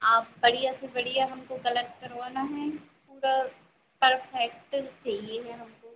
आप बढ़िया से बढ़िया हमको कलर करवाना है पूरा परफेक्सन चाहिए है हमको